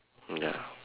ya